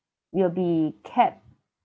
will be kept